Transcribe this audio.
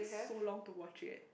so long to watch it